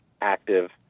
active